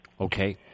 Okay